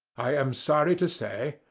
i am sorry to say,